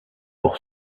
pour